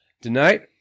Tonight